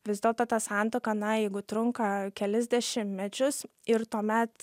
vis dėlto ta santuoka na jeigu trunka kelis dešimtmečius ir tuomet